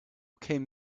came